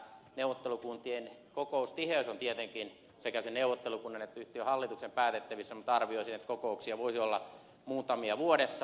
neuvottelukuntien kokoustiheys on tietenkin sekä sen neuvottelukunnan että yhtiön hallituksen päätettävissä mutta arvioisin että kokouksia voisi olla muutamia vuodessa